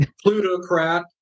Plutocrat